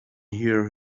here